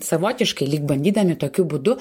savotiškai lyg bandydami tokiu būdu